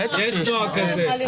יש נוהג כזה.